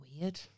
weird